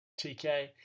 tk